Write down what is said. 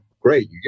great